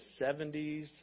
70s